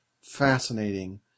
Fascinating